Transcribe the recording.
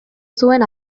zuen